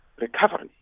recovery